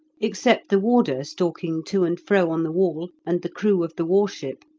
except the warder stalking to and fro on the wall, and the crew of the war-ship,